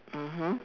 mmhmm